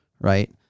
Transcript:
right